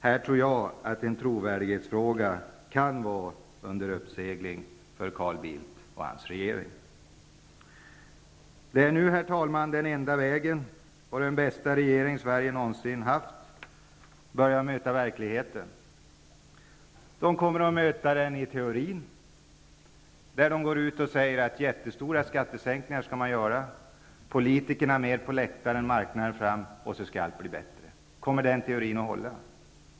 Jag tror att en fråga om trovärdighet för Carl Bildt och hans regering här kan vara under uppsegling. Herr talman! Det är nu den enda vägen och den bästa regering Sverige någonsin har haft börjar möta verkligheten. Regeringen kommer att möta verkligheten, när man går ut och säger att man skall göra stora skattesänkningar. Politikerna skall sitta på läktaren och marknaden skall fram, och så skall allt bli bättre. Kommer den teorin att hålla?